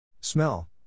Smell